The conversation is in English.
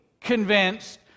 convinced